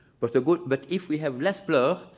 but the good but if we have less blur,